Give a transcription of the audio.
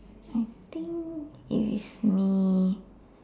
I think if it's me